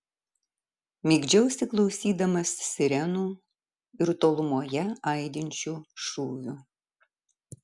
migdžiausi klausydamas sirenų ir tolumoje aidinčių šūvių